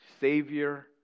Savior